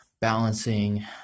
balancing